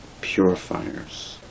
purifiers